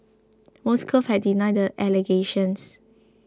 Moscow has denied the allegations